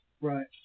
Right